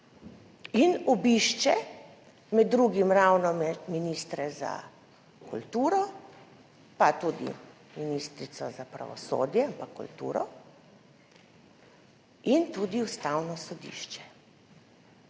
in obišče med drugim ravno ministra za kulturo, pa tudi ministrico za pravosodje, ampak kulturo in tudi Ustavno sodišče.